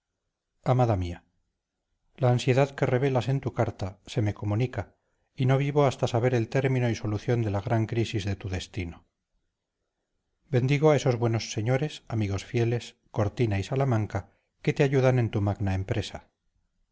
amada mía la ansiedad que revelas en tu carta se me comunica y no vivo hasta saber el término y solución de la gran crisis de tu destino bendigo a esos buenos señores amigos fieles cortina y salamanca que te ayudan en tu magna empresa